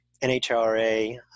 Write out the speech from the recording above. NHRA